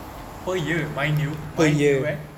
ya per year mind you mind you eh